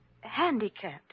handicapped